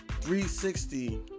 360